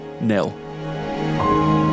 Nil